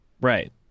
Right